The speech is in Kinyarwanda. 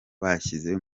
bashyize